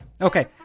okay